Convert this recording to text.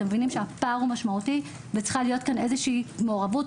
אתם מבינים שהפער משמעותי וצריכה להיות איזה שהיא מעורבות,